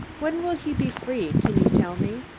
when will he be free, can you tell me?